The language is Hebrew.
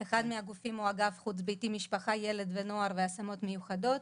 ביתי, משפחה, ילד ונוער והשמות מיוחדות.